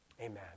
Amen